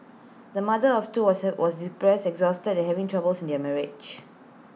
the mother of two was have was depressed exhausted and having troubles in her marriage